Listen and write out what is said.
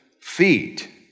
feet